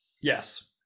Yes